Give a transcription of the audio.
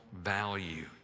value